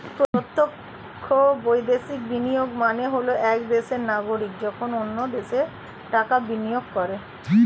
প্রত্যক্ষ বৈদেশিক বিনিয়োগের মানে হল এক দেশের নাগরিক যখন অন্য দেশে টাকা বিনিয়োগ করে